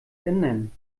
ändern